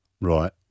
Right